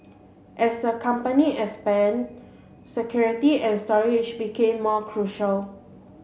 as the company expanded security and storage became more crucial